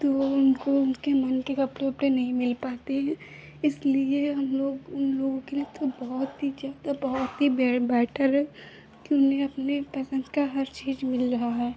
तो वह उनके मन के कपड़े उपड़े नहीं मिल पाते हैं इसलिए हमलोग उन लोगों के लिए तो बहुत ही ज़्यादा बहुत ही बेटर हैं कि उन्हें अपनी पसन्द की हर चीज़ मिल रही है